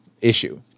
issue